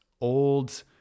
old